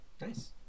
Nice